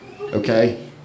okay